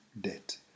debt